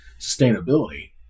sustainability